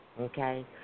okay